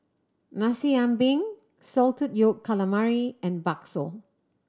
Nasi Ambeng salted yolk calamari and bakso